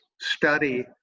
study